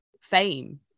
fame